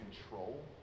control